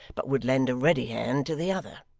but would lend a ready hand to the other.